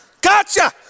Gotcha